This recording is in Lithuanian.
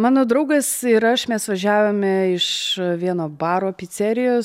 mano draugas ir aš mes važiavome iš vieno baro picerijos